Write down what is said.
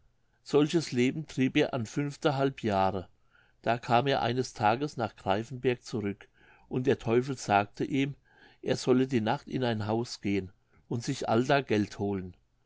solches leben trieb er an fünftehalb jahre da kam er eines tages nach greifenberg zurück und der teufel sagte ihm er solle die nacht in ein haus gehen und sich allda geld holen